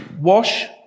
Wash